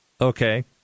Okay